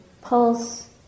pulse